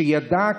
שידע,